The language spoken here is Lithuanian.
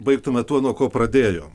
baigtume tuo nuo ko pradėjom